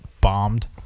bombed